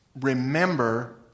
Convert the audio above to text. remember